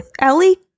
Ellie